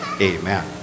Amen